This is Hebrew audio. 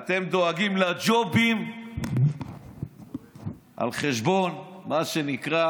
אתם דואגים לג'ובים על חשבון מה שנקרא